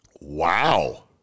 Wow